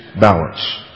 balance